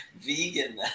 vegan